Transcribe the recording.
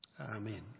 Amen